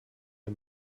der